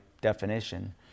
definition